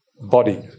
body